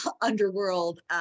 underworld